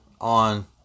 on